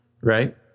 right